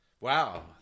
Wow